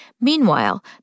Meanwhile